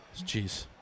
jeez